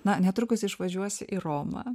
na netrukus išvažiuosi į romą